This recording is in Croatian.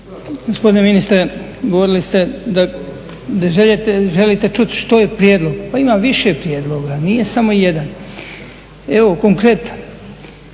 Gospodine ministre, govorili ste da želite čuti što je prijedlog. Pa ima više prijedloga, nije samo jedan. Evo konkretan.